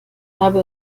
habe